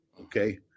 okay